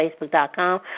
Facebook.com